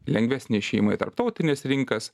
lengvesnį išėjimą į tarptautines rinkas